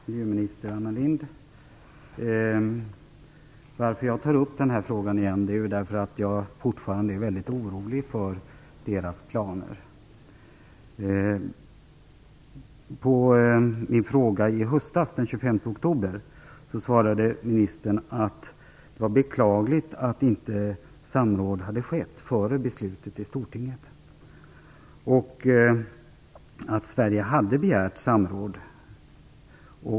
Fru talman! Anledningen till att jag tar upp denna fråga igen är att jag fortfarande är väldigt orolig för de norska planerna. På min fråga i höstas, den 25 oktober, svarade ministern att det var beklagligt att inte samråd hade skett före beslutet i Stortinget och att Sverige hade begärt samråd.